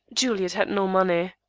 juliet had no money.